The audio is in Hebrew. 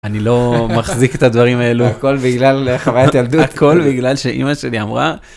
אני לא מחזיק את הדברים האלו הכל בגלל, חווית ילדות. הכל בגלל שאימא שלי אמרה.